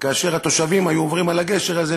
וכאשר התושבים היו עוברים על הגשר הזה,